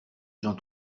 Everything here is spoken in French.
j’en